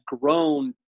grown